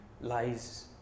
lies